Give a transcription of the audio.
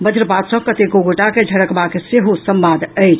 वज्रपात सॅ कतेको गोटा के झरकबाक सेहो संवाद अछि